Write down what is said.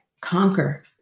conquer